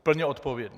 Plně odpovědný.